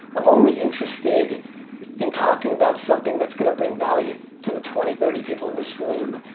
i'm only interested in talking about something that's gonna bring value to the twenty, thirty people in this room.